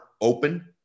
open